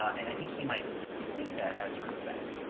and i think he might take that as respect,